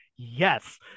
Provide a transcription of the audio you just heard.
Yes